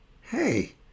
Hey